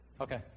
Okay